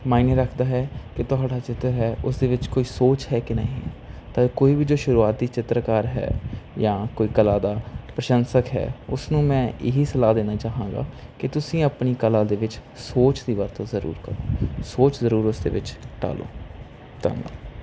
ਮਾਈਨੇ ਰੱਖਦਾ ਹੈ ਕਿ ਤੁਹਾਡਾ ਚਿੱਤਰ ਹੈ ਉਸਦੇ ਵਿੱਚ ਕੋਈ ਸੋਚ ਹੈ ਕਿ ਨਹੀਂ ਤਾਂ ਕੋਈ ਵੀ ਜੋ ਸ਼ੁਰੂਆਤੀ ਚਿੱਤਰਕਾਰ ਹੈ ਜਾਂ ਕੋਈ ਕਲਾ ਦਾ ਪ੍ਰਸ਼ੰਸਕ ਹੈ ਉਸਨੂੰ ਮੈਂ ਇਹੀ ਸਲਾਹ ਦੇਣਾ ਚਾਹਾਂਗਾ ਕਿ ਤੁਸੀਂ ਆਪਣੀ ਕਲਾ ਦੇ ਵਿੱਚ ਸੋਚ ਦੀ ਵਰਤੋਂ ਜ਼ਰੂਰ ਕਰੋ ਸੋਚ ਜ਼ਰੂਰ ਉਸਦੇ ਵਿੱਚ ਡਾਲੋ ਧੰਨਵਾਦ